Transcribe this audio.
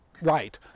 right